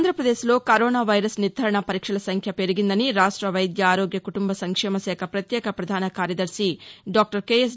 ఆంధ్రప్రదేశ్లో corona virus నిర్దారణ పరీక్షల సంఖ్య పెరిగిందని రాష్ట వైద్య ఆరోగ్య కుటుంబ సంక్షేమ శాఖ ప్రత్యేక ప్రధాన కార్యదర్శి డాక్టర్ కెఎస్